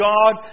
God